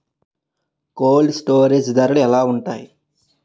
Cold storage ధరలు ఎలా ఉంటాయి?